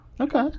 Okay